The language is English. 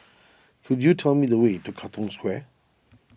could you tell me the way to Katong Square